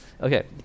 Okay